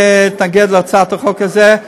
להתנגד להצעת החוק הזאת,